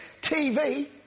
TV